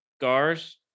Gars